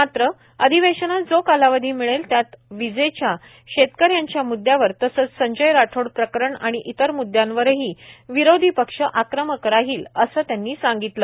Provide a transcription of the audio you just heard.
मात्र अधिवेशनात जो कालावधी मिळेल त्यात विजेच्या शेतकऱ्यांच्या म्द्यांवर तसंच संजय राठोड प्रकरण आणि इतर मुदद्दयांवरही विरोधी पक्ष आक्रमक राहील असं त्यांनी सांगितलं